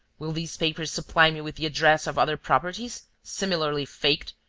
will these papers supply me with the address of other properties, similarly faked,